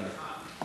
אדוני.